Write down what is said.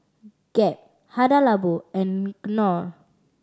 Gap Hada Labo and Knorr